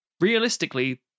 Realistically